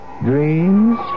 dreams